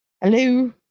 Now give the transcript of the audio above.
Hello